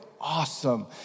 awesome